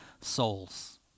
souls